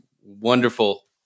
wonderful